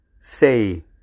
say